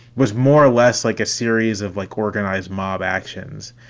was more or less like a series of like organized mob actions.